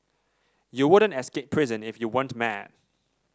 you wouldn't escape prison if you weren't mad